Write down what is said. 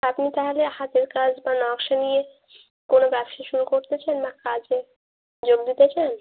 আপনি তাহালে হাতের কাজ বা নকশা নিয়ে কোনো ব্যবসা শুরু করতে চান না কাজে যোগ দিতে চান